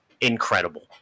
incredible